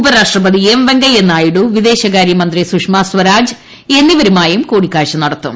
ഉപരാഷ്ട്ര പതി എം വെങ്കയ്യനായിഡു വിദേശ കാര്യമന്ത്രി സുഷമ സ്വരാജ് എന്നിവരുമായും കൂടിക്കാഴ്ച നടത്തും